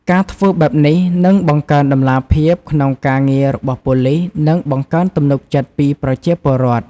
ការធ្វើបែបនេះនឹង បង្កើនតម្លាភាព ក្នុងការងាររបស់ប៉ូលិស និង បង្កើនទំនុកចិត្តពីប្រជាពលរដ្ឋ។